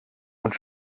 und